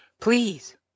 Please